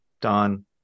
Don